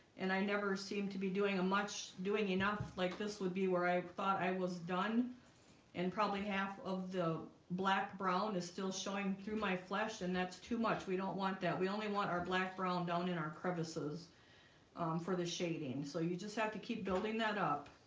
and i never seem to be doing a much doing enough like this would be where i thought i was done and probably half of the black brown is still showing through my flesh. and that's too much. we don't want that we only want our black brown down in our crevices for the shading so you just have to keep building that up